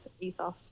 ethos